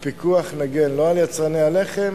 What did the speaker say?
הפיקוח נגן, לא על יצרני הלחם